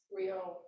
real